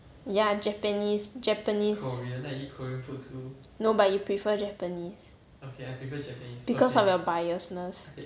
ya japanese japanese no but you prefer japanese because of your biasness